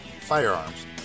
firearms